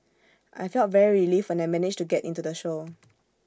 I felt very relieved when I managed to get into the show